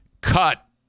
cut